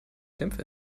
dämpfe